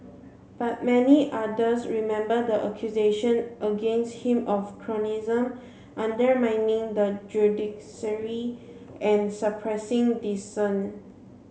but many others remember the accusations against him of cronyism undermining the judiciary and suppressing dissent